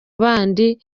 bandi